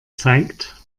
zeigt